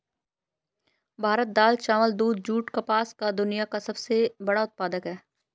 भारत दाल, चावल, दूध, जूट, और कपास का दुनिया का सबसे बड़ा उत्पादक है